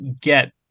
get